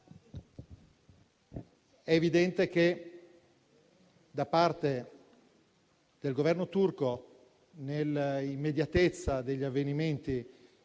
è evidente che da parte del Governo turco, nell'immediatezza degli avvenimenti